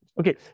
Okay